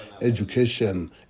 education